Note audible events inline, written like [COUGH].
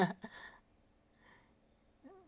[LAUGHS]